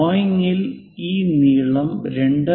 ഡ്രോയിംഗിൽ ഈ നീളം 2